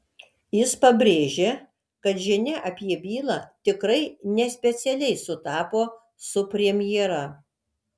jis pabrėžė kad žinia apie bylą tikrai ne specialiai sutapo su premjera